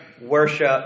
worship